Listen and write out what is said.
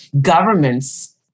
governments